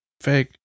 Fake